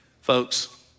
Folks